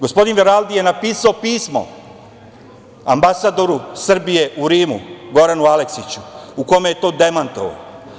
Gospodin Veraldi je napisao pismo ambasadoru Srbije u Rimu, Goranu Aleksiću, u kome je to demantovao.